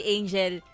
Angel